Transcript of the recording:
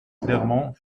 clermont